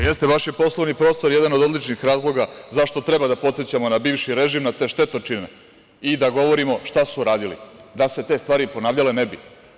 Jeste, baš je poslovni prostor jedan od odličnih razloga zašto treba da podsećamo na bivši režim, na te štetočine i da govorimo šta su radili, da se te stvari ponavljale ne bi.